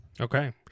Okay